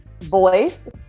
voice